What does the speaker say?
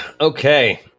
Okay